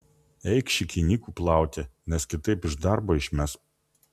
eik šikinykų plauti nes kitaip iš darbo išmes